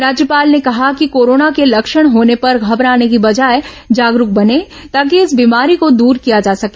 राज्यपाल ने कहा कि कोरोना के लक्षण होने पर घबराने की बजाय जागरूक बने ताकि इस बीमारी को दूर किया जा सके